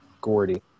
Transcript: Gordy